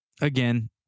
again